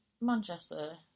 Manchester